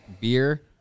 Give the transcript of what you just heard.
beer